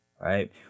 right